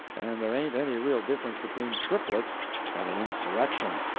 and there ain't any real difference between triplets and an insurrection.